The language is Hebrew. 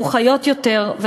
אנחנו חיות יותר,